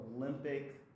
olympic